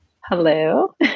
Hello